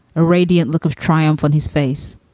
a radiant look of triumph on his face,